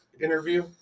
interview